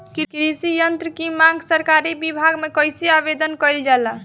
कृषि यत्र की मांग सरकरी विभाग में कइसे आवेदन कइल जाला?